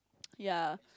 yeah